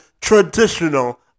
traditional